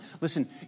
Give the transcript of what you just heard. Listen